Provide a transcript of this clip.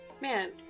Man